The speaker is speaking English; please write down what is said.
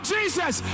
Jesus